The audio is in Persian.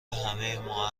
همهما